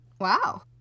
Wow